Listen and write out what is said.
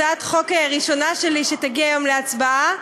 זו הצעת חוק ראשונה שלי שמגיעה להצבעה.